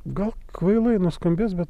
gal kvailai nuskambės bet